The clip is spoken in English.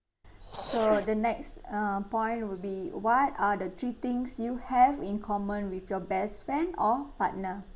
so the next uh point will be what are the three things you have in common with your best friend or partner